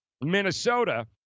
Minnesota